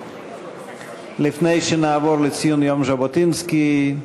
לפני שנעבור לציון יום ז'בוטינסקי,